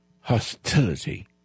hostility